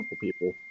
people